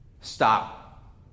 stop